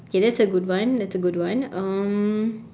okay that's a good one that's a good one um